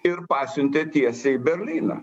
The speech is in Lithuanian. ir pasiuntė tiesiai į berlyną